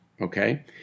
Okay